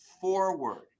forward